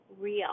real